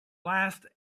last